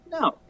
No